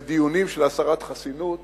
בדיונים של הסרת חסינות